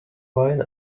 wine